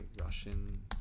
Russian